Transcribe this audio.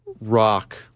rock